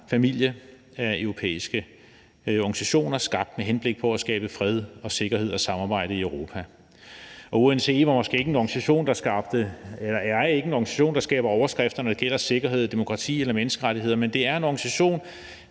familie af europæiske organisationer skabt med henblik på at skabe fred, sikkerhed og samarbejde i Europa. UNECE var måske ikke en organisation, der skabte, eller er ikke en organisation, der skaber overskrifter, når det gælder sikkerhed, demokrati eller menneskerettigheder. Men det er en organisation,